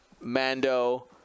Mando